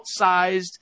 outsized